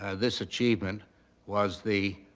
and this achievement was the